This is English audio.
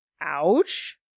Ouch